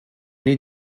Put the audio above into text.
need